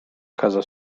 casa